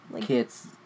kids